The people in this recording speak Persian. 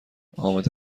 آمده